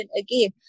again